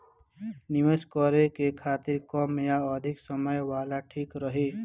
निवेश करें के खातिर कम या अधिक समय वाला ठीक रही?